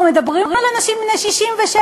אנחנו מדברים על אנשים בני 67,